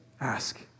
ask